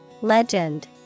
Legend